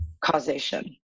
causation